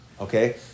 Okay